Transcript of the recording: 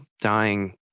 dying